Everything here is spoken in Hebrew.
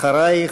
אחרייך,